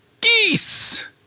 geese